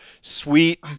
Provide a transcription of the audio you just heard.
sweet